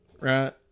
right